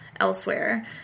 elsewhere